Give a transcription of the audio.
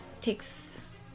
takes